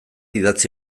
idatzi